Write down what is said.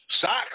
Socks